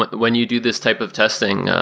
but when you do this type of testing,